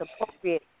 appropriate